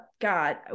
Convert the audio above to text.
God